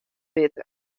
witte